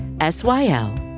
S-Y-L